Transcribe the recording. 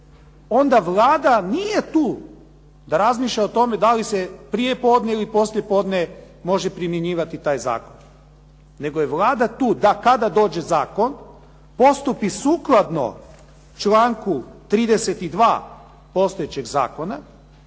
onda Vlada nije tu da razmišlja o tome da li se prijepodne ili poslijepodne može primjenjivati taj zakon. Nego je Vlada tu da kada dođe zakon, postupi sukladno članku 32. postojećeg zakona